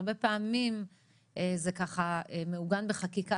הרבה פעמים זה מעוגן בחקיקה,